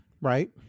Right